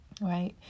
Right